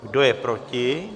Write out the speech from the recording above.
Kdo je proti?